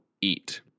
eat